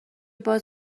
باز